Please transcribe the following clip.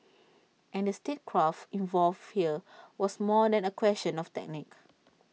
and the statecraft involved here was more than A question of technique